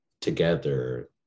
together